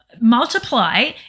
multiply